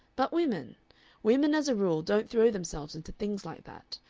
but women women as a rule don't throw themselves into things like that.